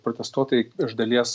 protestuotojai iš dalies